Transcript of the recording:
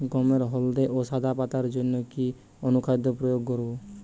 গমের হলদে ও সাদা পাতার জন্য কি অনুখাদ্য প্রয়োগ করব?